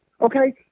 Okay